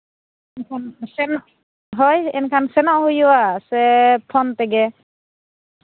ᱦᱳᱭ ᱮᱱᱠᱷᱟᱱ ᱥᱮᱱᱚᱜ ᱦᱩᱭᱩᱜᱼᱟ ᱥᱮ ᱯᱷᱳᱱ ᱛᱮᱜᱮ